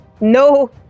No